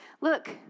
Look